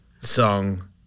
song